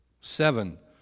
seven